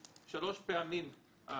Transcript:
שלוש פעמים.